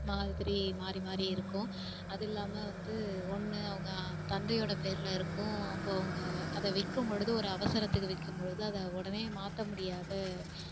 மாதிரி மாறி மாறி இருக்கும் அது இல்லாமல் வந்து ஒன்று அவங்க தந்தையோடய பேரில் இருக்கும் அப்போது அவங்க அத விற்கும் பொழுது ஒரு அவசரத்துக்கு விக்கும் பொழுது அதை உடனே மாற்ற முடியாது